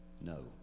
No